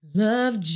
love